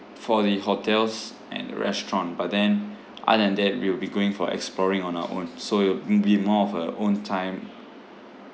for the hotels and restaurant but then other than that we will be going for exploring on our own so it'll m~ be more of uh own time